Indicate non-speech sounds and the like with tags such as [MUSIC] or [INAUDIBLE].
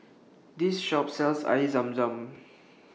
This Shop sells Air Zam Zam [NOISE]